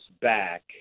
back